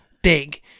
Big